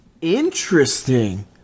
Interesting